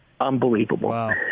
Unbelievable